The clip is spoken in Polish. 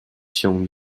się